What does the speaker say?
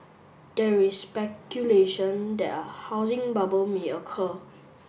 there is speculation that a housing bubble may occur